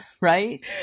Right